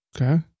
Okay